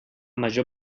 major